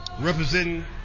representing